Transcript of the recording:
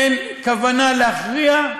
אין כוונה להכריע,